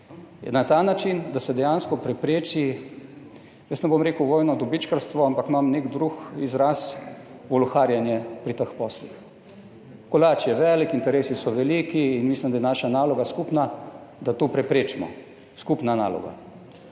na ta način, da se dejansko prepreči, jaz ne bom rekel vojno dobičkarstvo, ampak imam nek drug izraz, voluharjenje pri teh poslih. Kolač je velik, interesi so veliki in mislim, da je naša naloga skupna, da to preprečimo, skupna naloga,